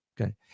Okay